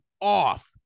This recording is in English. off